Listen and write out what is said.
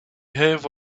have